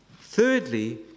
Thirdly